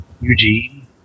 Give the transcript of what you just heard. Eugene